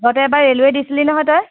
আগতে এবাৰ ৰেলুৱে দিছিলি নহয় তই